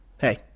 hey